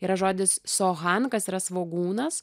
yra žodis sohan kas yra svogūnas